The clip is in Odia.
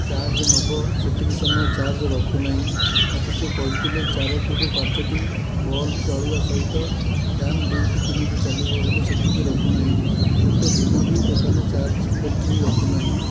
ଚାର୍ଜ ନେବ ସେତିକି ସମୟ ଚାର୍ଜ ରଖୁନାହିଁ ମୋତେ ସିଏ କହିଥିଲେ ଚାରୋଟିରୁ ପାଞ୍ଚଟି ବଲ୍ବ ଜଳିବା ସହିତ ଫ୍ୟାନ୍ ଦୁଇଟି ତିନୋଟି ଚାଲିବ ହେଲେ ସେତିକି ରଖୁନାହିଁ ଗୋଟିଏ ଦିନ ବି ଟୋଟାଲ୍ ଚାର୍ଜ ବ୍ୟାଟେରୀ ରଖୁନାହିଁ